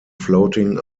floating